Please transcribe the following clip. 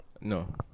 No